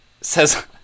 Says